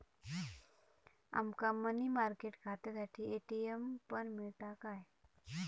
आमका money market खात्यासाठी ATM पण मिळता काय?